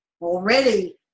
already